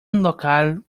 local